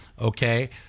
Okay